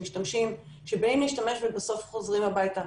משמשים שבאים להשתמש ובסוף חוזרים הביתה.